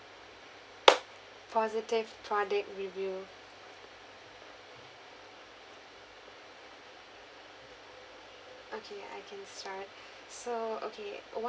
positive product review okay I can start so okay one